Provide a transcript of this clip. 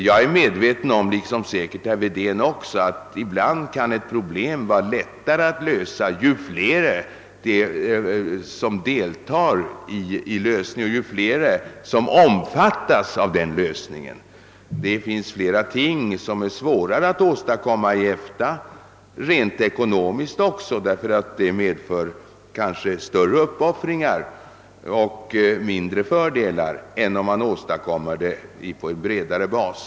Jag är medveten om, vilket säkerligen herr Wedén också är, att ett problem ibland kan vara lättare att lösa ju fler som deltar i lösningen och som omfattas av den. Åtskilligt är svårare att åstadkomma i EFTA även rent ekonomiskt, därför att det kanske medför större uppoffringar och mindre fördelar än om det åstadkommes på bredare bas.